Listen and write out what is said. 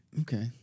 Okay